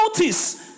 notice